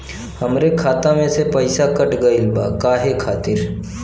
हमरे खाता में से पैसाकट गइल बा काहे खातिर?